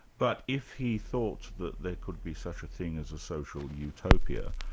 but if he thought that there could be such a thing as a social utopia,